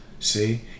see